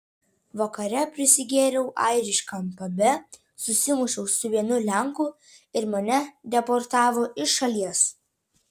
vakare prisigėriau airiškam pabe susimušiau su vienu lenku ir mane deportavo iš šalies